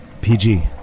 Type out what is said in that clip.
PG